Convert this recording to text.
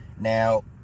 Now